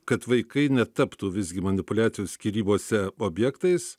kad vaikai netaptų visgi manipuliacijų skyrybose objektais